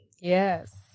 Yes